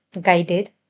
guided